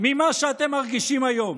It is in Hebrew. ממה שאתם מרגישים היום.